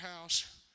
house